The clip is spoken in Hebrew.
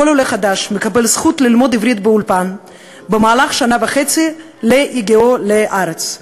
כל עולה חדש מקבל זכות ללמוד עברית באולפן במהלך שנה וחצי בהגיעו לארץ.